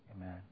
Amen